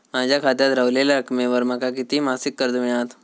माझ्या खात्यात रव्हलेल्या रकमेवर माका किती मासिक कर्ज मिळात?